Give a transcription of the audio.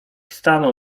stanął